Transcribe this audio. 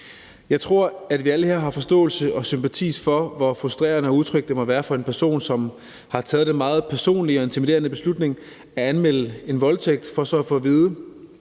Jeg tror, at vi alle her har forståelse og sympati for, hvor frustrerende og utrygt det må være for en person, som har taget den meget personlige og intimiderende beslutning at anmelde en voldtægt for så at få at vide,